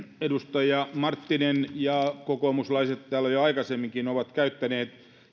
edustaja marttinen ja kokoomuslaiset täällä jo aikaisemminkin ovat käyttäneet